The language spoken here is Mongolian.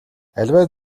аливаа